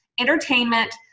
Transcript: entertainment